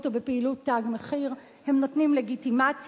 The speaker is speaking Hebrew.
או בפעילות "תג מחיר" הם נותנים לגיטימציה.